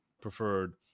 preferred